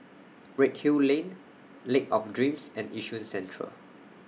Redhill Lane Lake of Dreams and Yishun Central